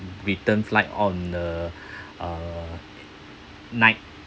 return flight on the uh night